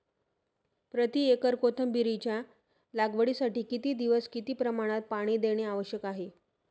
प्रति एकर कोथिंबिरीच्या लागवडीसाठी किती दिवस किती प्रमाणात पाणी देणे आवश्यक आहे?